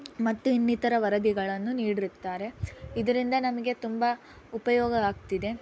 ಮತ್ತು ಇನ್ನಿತರ ವರದಿಗಳನ್ನು ನೀಡಿರುತ್ತಾರೆ ಇದರಿಂದ ನಮಗೆ ತುಂಬ ಉಪಯೋಗ ಆಗ್ತಿದೆ